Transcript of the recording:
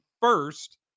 first